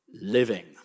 Living